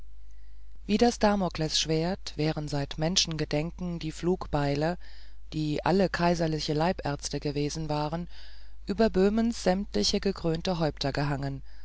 wie die damoklesschwerter wären seit menschengedenken die flugbeile die alle kaiserliche leibärzte gewesen waren über böhmens sämtlichen gekrönten häuptern gehangen